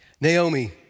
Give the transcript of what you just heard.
Naomi